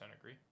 agree